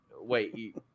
wait